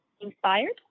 inspired